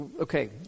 okay